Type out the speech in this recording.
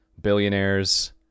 billionaires